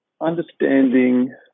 understanding